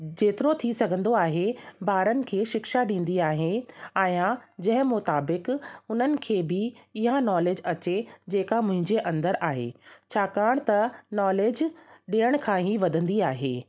जेतिरो थी सघंदो आहे ॿारनि खे शिक्षा ॾींदी आहे आहियां जंहिं मुताबिक उन्हनि खे बि इहा नॉलेज अचे जेका मुंहिंजे अंदरु आहे छाकाणि त नॉलेज ॾियण खां ई वधंदी आहे